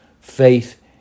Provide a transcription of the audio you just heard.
faith